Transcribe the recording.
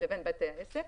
לבין בתי העסק,